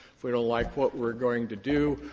if we don't like what we're going to do,